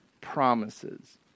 promises